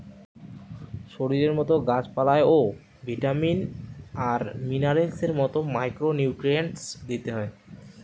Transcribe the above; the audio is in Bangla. শরীরের মতো গাছ পালায় ও ভিটামিন আর মিনারেলস এর মতো মাইক্রো নিউট্রিয়েন্টস দিতে হয়